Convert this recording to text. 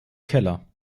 keller